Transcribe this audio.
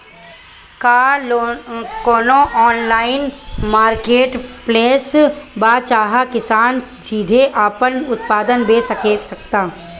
का कोनो online marketplace बा जहां किसान सीधे अपन उत्पाद बेच सकता?